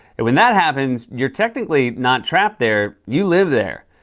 and when that happens, you're technically not trapped there, you live there.